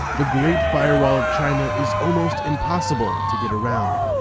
the great firewall of china is almost impossible to get around.